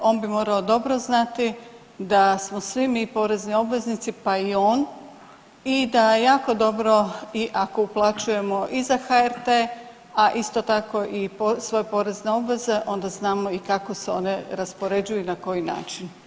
On bi morao dobro znati da smo svi mi porezni obveznici, pa i on i da jako dobro i ako uplaćujemo i za HRT, a isto tako i svoje porezne obveze, onda znamo i kako se one raspoređuju i na koji način.